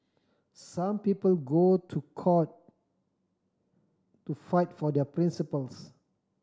some people go to court to fight for their principles